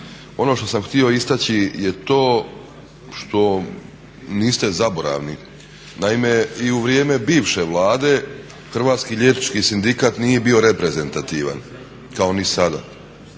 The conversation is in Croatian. ono što sam htio istaći je to što niste zaboravni. Naime i u vrijeme bivše Vlade Hrvatski liječnički sindikat nije bio reprezentativan kao ni sada